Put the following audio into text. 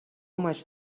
much